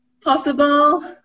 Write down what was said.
possible